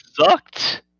sucked